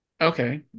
Okay